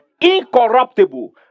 Incorruptible